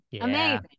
Amazing